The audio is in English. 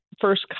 first